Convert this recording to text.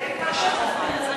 תדייק בשמות.